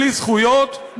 בלי זכויות,